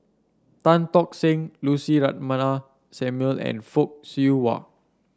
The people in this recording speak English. Tan Tock Seng Lucy Ratnammah Samuel and Fock Siew Wah